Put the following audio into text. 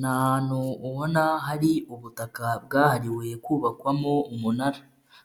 Ni ahantu ubona hari ubutaka bwahariwe kubakwamo umunara,